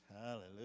Hallelujah